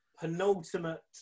penultimate